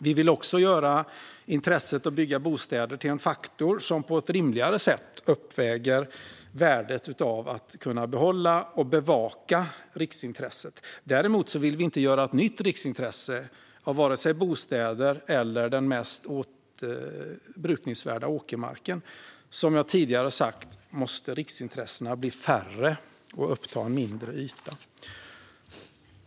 Vi vill också göra intresset att bygga bostäder till en faktor som på ett rimligare sätt uppväger värdet av att kunna behålla och bevaka riksintresset. Däremot vill vi inte göra ett nytt riksintresse av vare sig bostäder eller den mest brukningsvärda åkermarken; som jag sa måste riksintressena bli färre och uppta mindre yta.